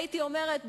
הייתי אומרת,